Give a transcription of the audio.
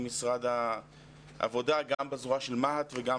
עם משרד העבודה גם בזרוע של מה"ט וגם